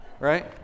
right